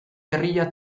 gerrilla